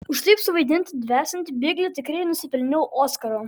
už taip suvaidintą dvesiantį biglį tikrai nusipelniau oskaro